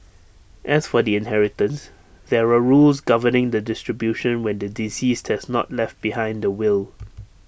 as for the inheritance there are rules governing the distribution when the deceased has not left behind A will